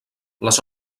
les